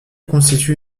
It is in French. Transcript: constitue